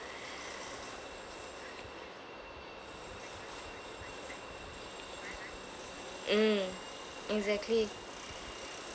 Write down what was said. mm exactly